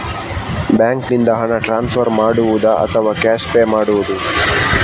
ಬ್ಯಾಂಕಿನಿಂದ ಹಣ ಟ್ರಾನ್ಸ್ಫರ್ ಮಾಡುವುದ ಅಥವಾ ಕ್ಯಾಶ್ ಪೇ ಮಾಡುವುದು?